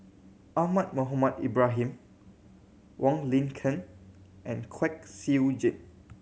Ahmad Mohamed Ibrahim Wong Lin Ken and Kwek Siew Jin